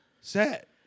set